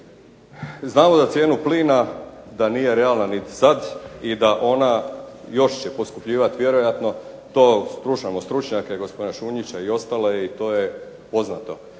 Znamo da cijenu plina da nije realna niti sad i da ona još će poskupljivat vjerojatno, to slušamo stručnjake, gospodina Šunjića i ostale i to je poznato.